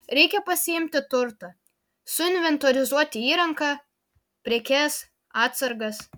reikia pasiimti turtą suinventorizuoti įrangą prekes atsargas